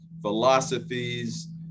philosophies